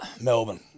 Melbourne